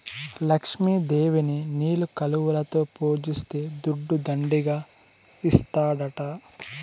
లక్ష్మి దేవిని నీలి కలువలలో పూజిస్తే దుడ్డు దండిగా ఇస్తాడట